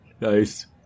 Nice